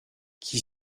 qui